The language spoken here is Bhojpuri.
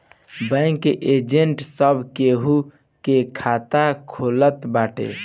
बैंक के एजेंट सब केहू के खाता खोलत बाटे